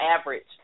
average